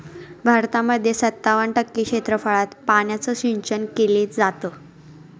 भारतामध्ये सत्तावन्न टक्के क्षेत्रफळात पाण्याचं सिंचन केले जात